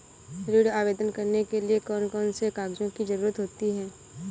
ऋण आवेदन करने के लिए कौन कौन से कागजों की जरूरत होती है?